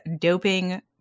doping